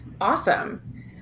Awesome